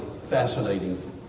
fascinating